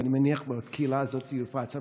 ואני מניח שבקהילה הזאת זה יופץ.